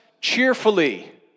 cheerfully